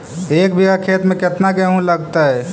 एक बिघा खेत में केतना गेहूं लगतै?